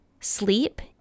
sleep